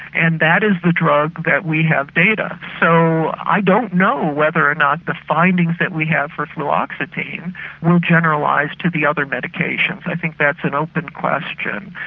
and that is the drug that we have data so i don't know whether or not the findings that we have for fluoxetine will generalise to the other medications. i think that's an open question.